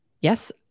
Yes